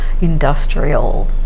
industrial